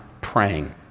praying